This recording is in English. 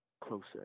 closer